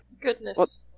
Goodness